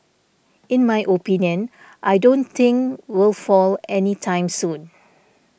in my opinion I don't think will fall any time soon